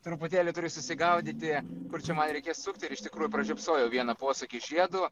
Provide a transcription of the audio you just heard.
truputėlį turiu susigaudyti kur čia man reikės sukti ir iš tikrųjų pražiopsojau vieną posakį žiedu